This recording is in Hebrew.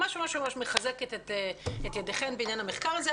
ממש מחזקת את ידיכן בעניין המחקר הזה,